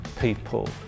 people